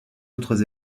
autres